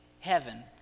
heaven